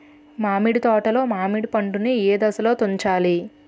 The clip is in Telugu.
మామిడి తోటలో మామిడి పండు నీ ఏదశలో తుంచాలి?